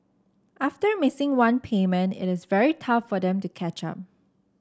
after missing one payment it is very tough for them to catch up